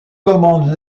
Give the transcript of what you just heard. commande